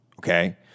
okay